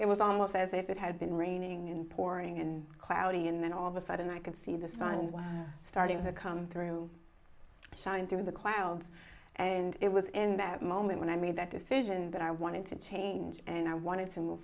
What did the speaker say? it was almost as if it had been raining and pouring and cloudy and then all the sudden i could see the sun starting to come through shining through the clouds and it was in that moment when i made that decision that i wanted to change and i wanted to move